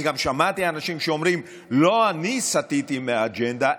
אני גם שמעתי אנשים שאומרים: לא אני סטיתי מהאג'נדה,